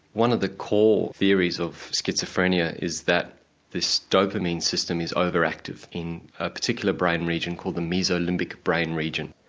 one of the core theories of schizophrenia is that this dopamine system is overactive in a particular brain region called the mesolimbic brain region.